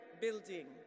building